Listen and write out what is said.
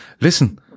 Listen